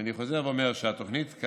אני חוזר ואומר שכרגע